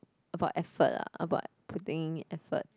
about effort ah about putting effort